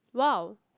wow